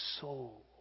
soul